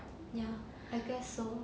ya I guess so